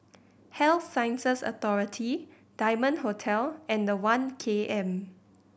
Health Sciences Authority Diamond Hotel and One K M